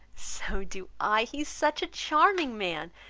so do i he is such a charming man,